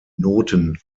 noten